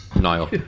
Niall